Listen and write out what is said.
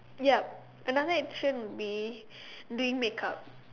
ya another addiction would be doing make up